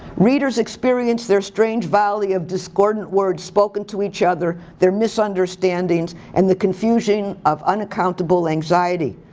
readers experience their strange volley of discordant words spoken to each other, their misunderstandings, and the confusion of unaccountable anxiety.